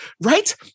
right